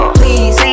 please